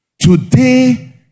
Today